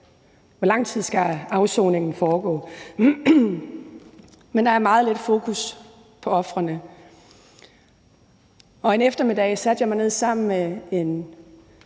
Hvor lang tid skal afsoningen foregå? Men der er meget lidt fokus på ofrene, og en eftermiddag satte jeg mig ned sammen med et